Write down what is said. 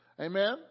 Amen